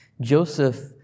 Joseph